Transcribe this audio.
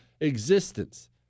existence